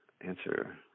answer